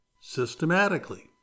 systematically